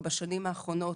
בשנים האחרונות